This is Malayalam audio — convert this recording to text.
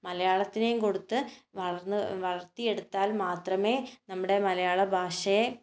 മലയാളത്തിനെയും കൊടുത്ത് വളർന്ന വളർത്തിയെടുത്താൽ മാത്രമേ നമ്മുടെ മലയാള ഭാഷയെ